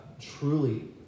truly